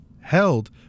held